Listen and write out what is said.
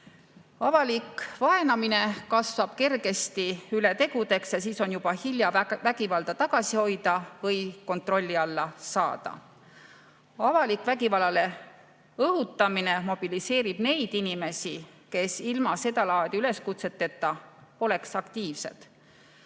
Avalik vaenamine kasvab kergesti üle tegudeks ja siis on juba hilja vägivalda tagasi hoida või kontrolli alla saada. Avalik vägivallale õhutamine mobiliseerib neid inimesi, kes ilma sedalaadi üleskutseta poleks aktiivsed.